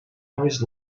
always